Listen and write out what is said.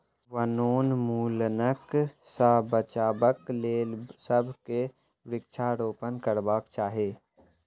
वनोन्मूलनक सॅ बचाबक लेल सभ के वृक्षारोपण करबाक चाही